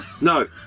No